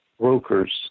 brokers